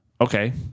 Okay